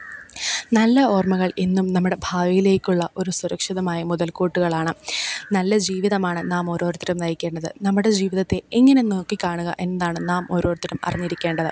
നല്ല ഓർമ്മകൾ എന്നും നമ്മുടെ ഭാവിയിലേക്കുള്ള ഒരു സുരക്ഷിതമായ മുതൽ കൂട്ട്കളാണ് നല്ല ജീവിതമാണ് നാം ഓരോരുത്തരും നയിക്കേണ്ടത് നമ്മുടെ ജീവിതത്തെ എങ്ങനെ നോക്കി കാണുക എന്താണ് നാം ഓരോരുത്തരും അറിഞ്ഞിരിക്കേണ്ടത്